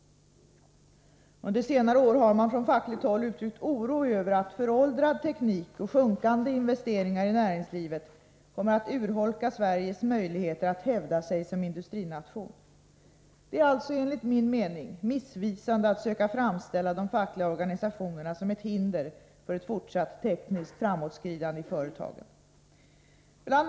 Under senare år har man från fackligt håll uttryckt oro över att föråldrad teknik och sjunkande investeringar i näringslivet kommer att urholka Sveriges möjligheter att hävda sig som industrination. Det är alltså, enligt min mening, missvisande att söka framställa de fackliga organisationerna som ett hinder för ett fortsatt tekniskt framåtskridande i företagen. Bl.